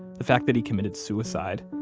the fact that he committed suicide,